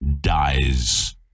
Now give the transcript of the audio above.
dies